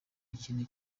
ikintu